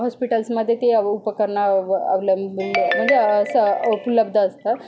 हॉस्पिटल्समध्ये ते अव उपकरणं अव अवलंबून म्हणजे असं उपलब्ध असता